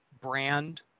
brand